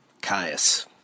Caius